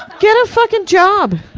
get a fucking job!